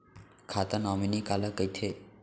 खाता नॉमिनी काला कइथे?